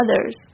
others